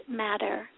matter